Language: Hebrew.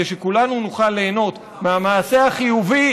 כדי שכולנו נוכל ליהנות מהמעשה החיובי,